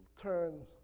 turn